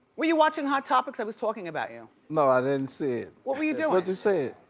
were you watching hot topics? i was talking about you. no, i didn't see it. what were you doing? well, just say it.